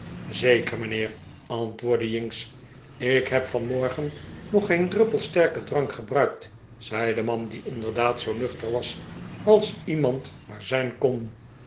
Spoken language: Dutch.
zeker mijnheer antwoordde jinks ik heb vanmorgen nog geen druppel sterken drank gebruikt zei de man die inderdaad zoo nuchter was als iemand maar zijn kon